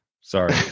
Sorry